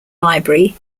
library